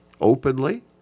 openly